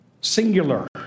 Singular